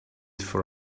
for